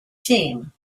team